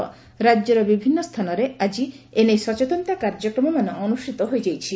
ରାକ୍ୟର ବିଭିନ୍ନ କିଲ୍ଲାରେ ଆକି ଏନେଇ ସଚେତନତା କାର୍ଯ୍ୟକ୍ରମମାନ ଅନୁଷିତ ହୋଇଯାଇଛି